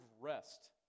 rest